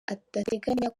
adateganya